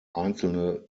einzelne